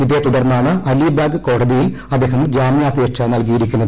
ഇതേ തുടർന്നാണ് അലിബാഗ് കോടതിയിൽ അദ്ദേഹം ജാമ്യാപേക്ഷ നൽകിയിരിക്കുന്നത്